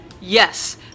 Yes